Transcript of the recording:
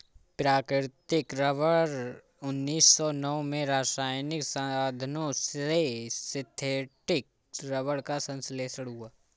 प्राकृतिक रबर उन्नीस सौ नौ में रासायनिक साधनों से सिंथेटिक रबर का संश्लेषण हुआ